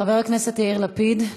חבר הכנסת יאיר לפיד.